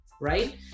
right